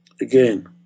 Again